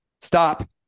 Stop